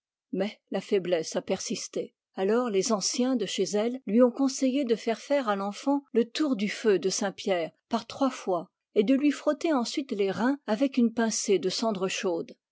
mais la faiblesse a persisté alors les anciens de chez elle lui ont conseillé de faire faire à l'enfant le tour du feu de saint pierre par trois fois et de lui frotter ensuite les reins avec une pincée de cendre chaude